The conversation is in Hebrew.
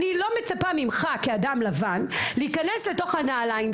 ואני רוצה קודם כל להודות לחברי הטוב חבר